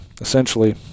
essentially